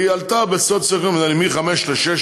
והיא עלתה בדירוג הסוציו-אקונומי מ-5 ל-6,